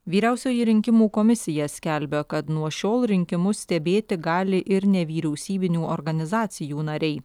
vyriausioji rinkimų komisija skelbia kad nuo šiol rinkimus stebėti gali ir nevyriausybinių organizacijų nariai